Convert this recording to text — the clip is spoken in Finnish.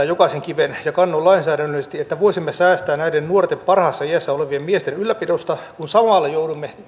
jokaisen kiven ja kannon lainsäädännöllisesti että voisimme säästää näiden nuorten parhaassa iässä olevien miesten ylläpidosta kun samalla joudumme